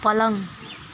पलङ